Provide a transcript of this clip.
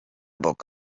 bok